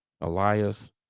Elias